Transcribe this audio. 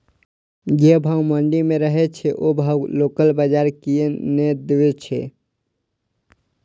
जे भाव मंडी में रहे छै ओ भाव लोकल बजार कीयेक ने दै छै?